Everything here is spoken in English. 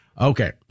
Okay